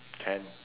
can